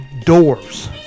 Doors